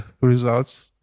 results